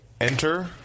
enter